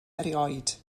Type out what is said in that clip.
erioed